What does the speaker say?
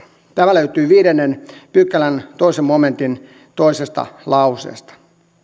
tämä löytyy viidennen pykälän toisen momentin toisesta lauseesta